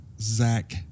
zach